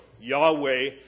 Yahweh